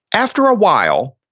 after a while,